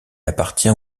appartient